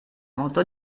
molto